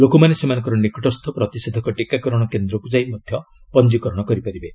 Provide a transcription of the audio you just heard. ଲୋକମାନେ ସେମାନଙ୍କର ନିକଟସ୍କୁ ପ୍ରତିଷେଧକ ଟିକାକରଣ କେନ୍ଦ୍ରକୁ ଯାଇ ମଧ୍ୟ ପଞ୍ଜିକରଣ କରିପାରିବେ